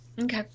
Okay